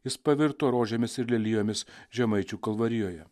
jis pavirto rožėmis ir lelijomis žemaičių kalvarijoje